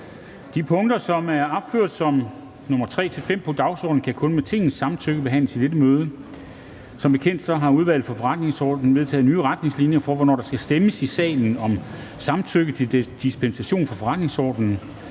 De punkter, som er opført som nr. 3-5 på dagsordenen, kan kun med Tingets samtykke behandles i dette møde. Som bekendt har Udvalget for Forretningsordenen vedtaget nye retningslinjer for, hvornår der skal stemmes i salen om samtykke til dispensation fra forretningsordenen.